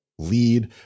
lead